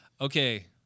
Okay